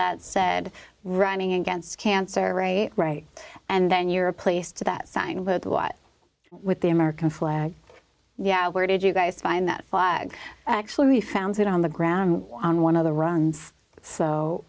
that said running against cancer right right and then your a place to that sign would watch with the american flag yeah where did you guys find that flag actually we found it on the ground on one of the runs so